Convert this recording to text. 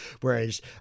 Whereas